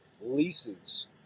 leases